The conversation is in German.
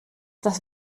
das